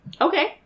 Okay